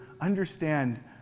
understand